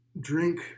drink